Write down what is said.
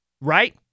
right